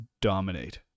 dominate